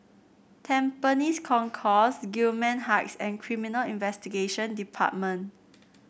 Tampines Concourse Gillman Heights and Criminal Investigation Department